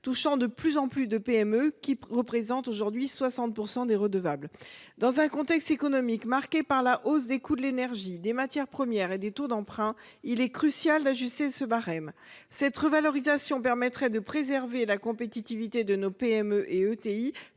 touchant de plus en plus de PME, qui représentent, aujourd’hui, 60 % des redevables. Dans un contexte économique marqué par la hausse des coûts de l’énergie, des matières premières et des taux d’emprunt, il est crucial d’ajuster ce barème. Cette revalorisation permettrait de préserver la compétitivité de nos PME et ETI,